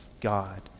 God